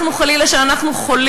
אנחנו, כשחלילה אנחנו חולים,